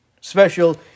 Special